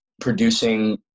producing